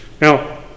Now